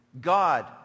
God